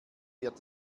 wird